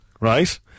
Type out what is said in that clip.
right